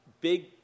big